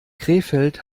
krefeld